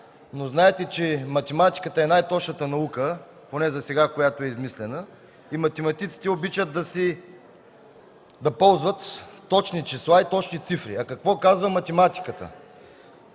но знаете, че математиката е най-точната наука, която е измислена поне засега, и математиците обичат да ползват точни числа и цифри. А какво казва математиката?